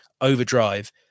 overdrive